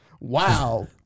Wow